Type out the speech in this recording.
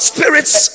Spirit's